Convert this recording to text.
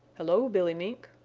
hello, billy mink,